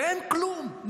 ואין כלום.